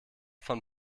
von